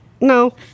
No